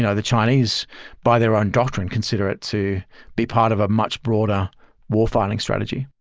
you know the chinese buy their own doctrine, consider it to be part of a much broader war fighting strategy.